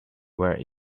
where